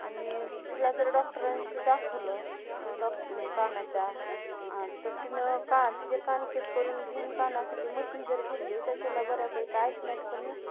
आणि तिला जर डॉक्टरांशी दाखवलं डॉक् कानाच्या तर तिनं का तिचे कान चेक करून घेऊन कानासाठी मशीन जर घेतली तर तिला बऱ्यापैकी ऐकण्यात पण